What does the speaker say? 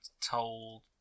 told